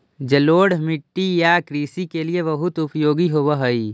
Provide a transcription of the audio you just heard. जलोढ़ मिट्टी या कृषि के लिए बहुत उपयोगी होवअ हई